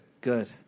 Good